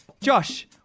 Josh